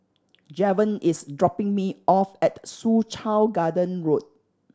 Javon is dropping me off at Soo Chow Garden Road